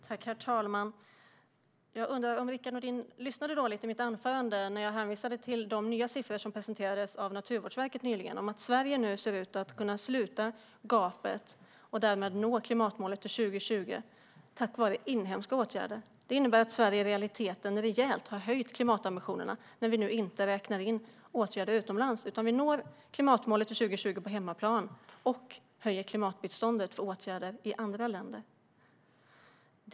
Herr ålderspresident! Jag undrar om Rickard Nordin lyssnade dåligt på mitt anförande. Jag hänvisade till de siffror som presenterades av Naturvårdsverket nyligen om att Sverige nu ser ut att kunna sluta gapet och därmed nå klimatmålet till 2020, tack vare inhemska åtgärder. Det innebär att Sverige i realiteten har höjt klimatambitionerna rejält, när vi nu inte räknar in åtgärder utomlands. Vi når klimatmålet till 2020 på hemmaplan och höjer klimatbiståndet för åtgärder i andra länder.